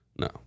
No